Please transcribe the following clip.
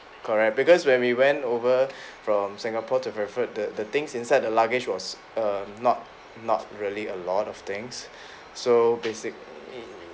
correct because when we went over from singapore to frankfurt the the things inside the luggage was err not not really a lot of things so basic